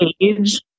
age